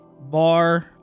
bar